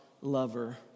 lover